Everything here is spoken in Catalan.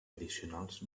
addicionals